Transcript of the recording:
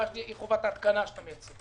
הבעיה שלי היא חובת ההתקנה שאתם מייצרים.